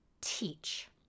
teach